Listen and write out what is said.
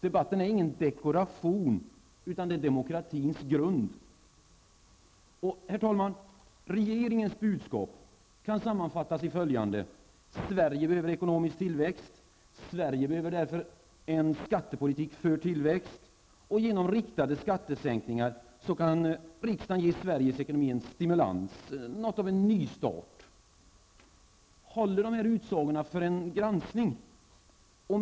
Debatten är ingen dekoration, utan den är demokratins grund. Herr talman! Regeringens budskap kan sammanfattas i följande: Sverige behöver ekonomisk tillväxt. Sverige behöver därför en skattepolitik för tillväxt. Genom riktade skattesänkningar kan riksdagen ge Sveriges ekonomi en stimulans -- något av en ny start. Håller dessa utsagor för en granskning?